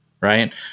right